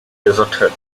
deserted